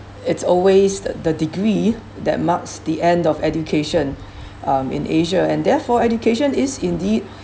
it's always the the degree that marks the end of education um in asia and therefore education is indeed